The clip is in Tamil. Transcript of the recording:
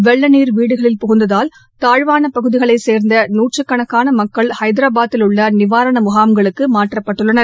வெள்ள நீர் வீடுகளில் புகுந்ததால் தாழ்வான பகுதிகளைச் சேர்ந்த நூற்றுக்கணக்கான மக்கள் ஹைதராபாத்தில் உள்ள நிவாரண முகாம்களுக்கு மாற்றப்பட்டுள்ளனர்